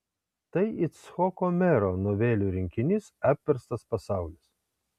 tai icchoko mero novelių rinkinys apverstas pasaulis